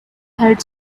had